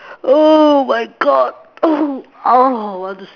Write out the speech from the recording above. oh my God oh ah want to sleep